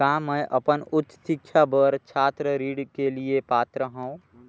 का मैं अपन उच्च शिक्षा बर छात्र ऋण के लिए पात्र हंव?